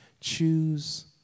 Choose